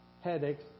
headaches